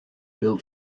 built